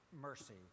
mercy